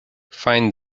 find